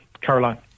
Caroline